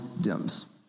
dims